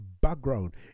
background